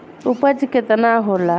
उपज केतना होला?